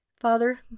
Father